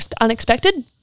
unexpected